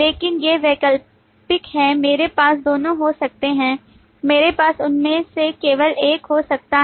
लेकिन ये वैकल्पिक हैं मेरे पास दोनों हो सकते हैं मेरे पास उनमें से केवल एक हो सकता है